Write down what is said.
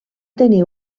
tenir